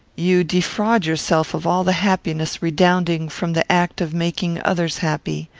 you defraud yourself of all the happiness redounding from the act of making others happy.